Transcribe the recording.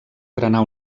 frenar